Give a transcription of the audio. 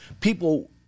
people